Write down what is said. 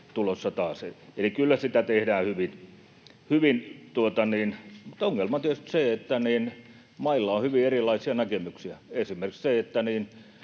tulossa taas, eli kyllä sitä tehdään hyvin. Mutta ongelma on tietysti se, että mailla on hyvin erilaisia näkemyksiä. Esimerkiksi